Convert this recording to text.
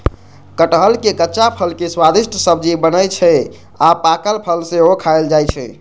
कटहलक कच्चा फल के स्वादिष्ट सब्जी बनै छै आ पाकल फल सेहो खायल जाइ छै